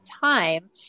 time